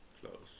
Close